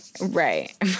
Right